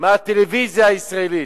מהטלוויזיה הישראלית: